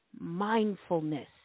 mindfulness